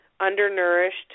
undernourished